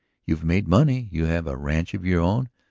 you have made money, you have a ranch of your own.